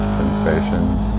sensations